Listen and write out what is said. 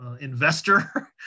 investor